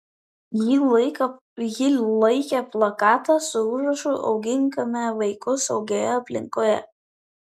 ji laikė plakatą su užrašu auginkime vaikus saugioje aplinkoje